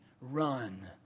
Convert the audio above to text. run